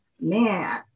man